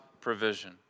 provision